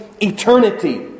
eternity